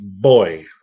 boy